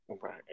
Right